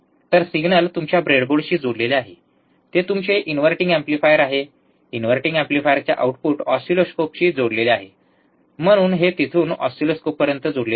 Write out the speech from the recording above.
तर सिग्नल तुमच्या ब्रेडबोर्डशी जोडलेले आहे ते तुमचे इन्व्हर्टिंग एम्प्लीफायर आहे इनव्हर्टिंग एम्प्लीफायरचे आउटपुट ऑसिलोस्कोपशी जोडलेले आहे म्हणून हे येथून ऑसिलोस्कोपपर्यंत जोडलेले आहे